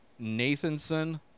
Nathanson